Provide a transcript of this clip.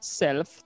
self